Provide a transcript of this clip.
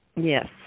Yes